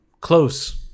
close